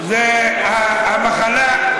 המחלה,